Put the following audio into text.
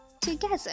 together